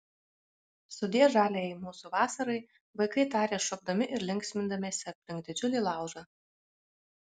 sudie žaliajai mūsų vasarai vaikai tarė šokdami ir linksmindamiesi aplink didžiulį laužą